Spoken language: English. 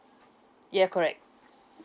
yeah correct